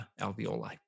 alveoli